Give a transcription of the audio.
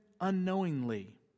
unknowingly